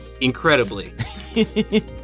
Incredibly